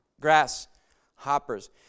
grasshoppers